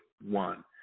one